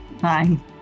bye